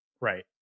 Right